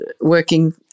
working